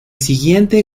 siguiente